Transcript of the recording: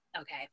Okay